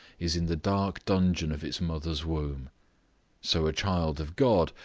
is in the dark dungeon of its mother's womb so a child of god,